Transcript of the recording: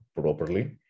properly